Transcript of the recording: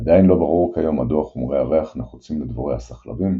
עדיין לא ברור כיום מדוע חומרי הריח נחוצים לדבורי הסחלבים,